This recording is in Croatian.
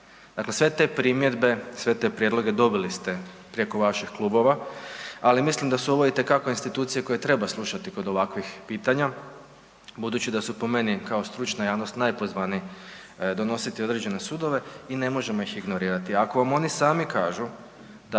Dakle, sve te primjedbe, sve te prijedloge dobili ste preko vaših klubova, ali mislim da su ovo itekako institucije koje treba slušati kod ovakvih pitanja budući da su po meni kao stručna javnost najpozvaniji donositi određene sudove i ne možemo ih ignorirati.